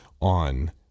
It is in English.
on